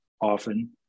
often